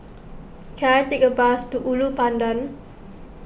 can I take a bus to Ulu Pandan